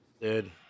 Dude